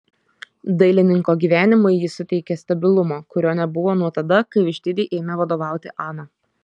dailininko gyvenimui ji suteikė stabilumo kurio nebuvo nuo tada kai vištidei ėmė vadovauti ana